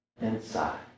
inside